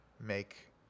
make